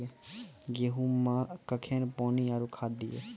गेहूँ मे कखेन पानी आरु खाद दिये?